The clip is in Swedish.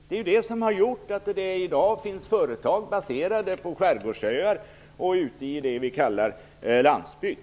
Det är det som har gjort att det i dag finns företag baserade på skärgårdsöar och ute i det vi kallar landsbygd.